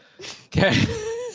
Okay